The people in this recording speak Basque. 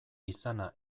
izana